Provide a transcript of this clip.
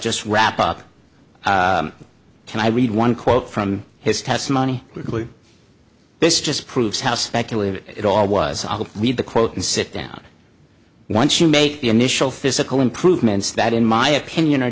just wrap up can i read one quote from his testimony weekly this just proves how speculative it all was i'll read the quote and sit down once you make the initial physical improvements that in my opinion are